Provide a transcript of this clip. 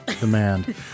demand